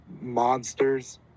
monsters